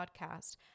podcast